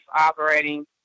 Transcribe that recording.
operating